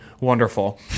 wonderful